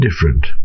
different